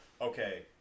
okay